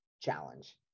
challenge